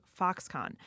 Foxconn